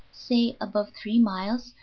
say above three miles,